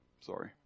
Sorry